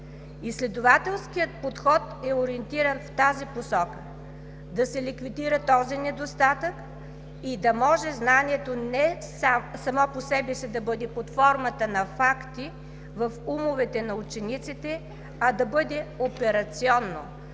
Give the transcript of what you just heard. Изследователският подход е ориентиран в тази посока – да се ликвидира този недостатък, и да може знанието не само по себе си да бъде под формата на факти в умовете на учениците, а да бъде операционно,